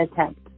attempt